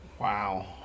Wow